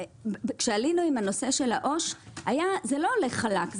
כשעלינו עם הנושא של העו"ש זה לא הולך חלק.